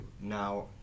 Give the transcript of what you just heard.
Now